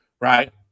right